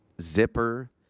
zipper